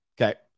Okay